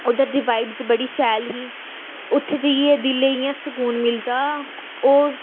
उद्धर दी वाइब्स बड़ी शैल ही उत्थें जाइयै दिलै इ'यां सुकून मिलदा ओह्